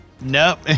Nope